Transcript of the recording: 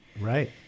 Right